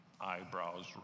eyebrows